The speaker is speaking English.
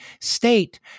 state